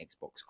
Xbox